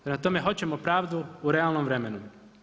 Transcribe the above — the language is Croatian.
Prema tome, hoćemo pravdu u realnom vremenu.